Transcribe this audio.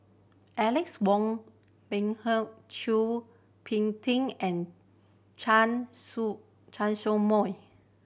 Alex Ong Boon Hau Chua Phung Kim and Chen Show Chen Show Mao